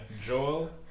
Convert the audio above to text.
Joel